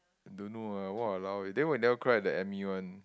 don't know ah !walao! eh then why you never cry the Emmy one